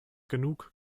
genug